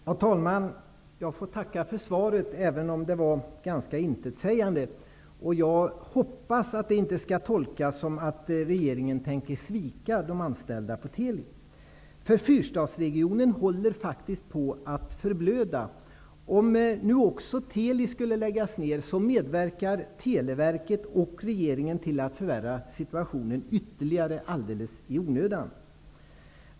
Herr talman! Jag får tacka för svaret, även om det var ganska intetsägande. Jag hoppas att det inte skall tolkas som att regeringen tänker svika de anställda på Teli. Fyrstadsregionen håller på att förblöda. Om också Teli skall läggas ned medverkar Televerket och regeringen till att förvärra situationen ytterligare alldeles i onödan.